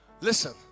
Listen